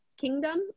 kingdom